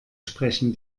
sprechen